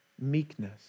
Meekness